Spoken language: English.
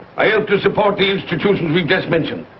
i help to support the institutions you just mentioned.